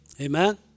Amen